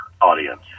audience